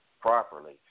properly